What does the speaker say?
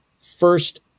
First